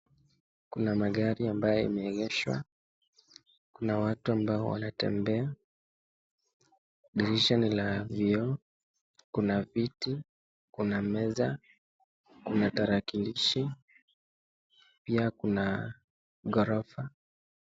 Kuna magari ambayo imeegeshwa na watu ambao wanatembea. Dirisha ni la vioo. Kuna viti, kuna meza, kuna tarakilishi pia kuna ghorofa.